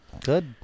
Good